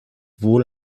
wohl